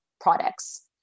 products